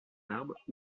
arbres